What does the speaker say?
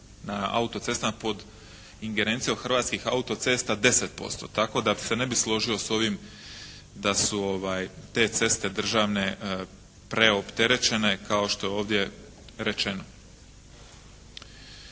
na autocestama pod ingerencijom Hrvatskih autocesta 10%. Tako da se ne bi složio sa ovim da su te ceste državne preopterećene kao što je ovdje rečeno.